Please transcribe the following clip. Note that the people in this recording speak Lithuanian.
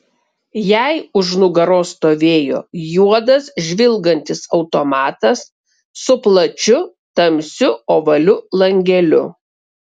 jai už nugaros stovėjo juodas žvilgantis automatas su plačiu tamsiu ovaliu langeliu